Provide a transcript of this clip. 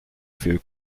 few